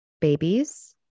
babies